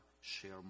share